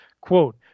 Quote